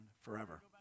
forever